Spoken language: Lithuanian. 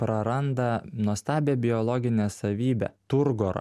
praranda nuostabią biologinę savybę turgorą